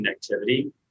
connectivity